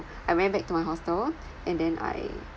I went back to my hostel and then I